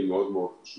היא מאוד חשובה,